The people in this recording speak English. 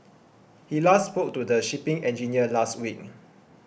he last spoke to the shipping engineer last week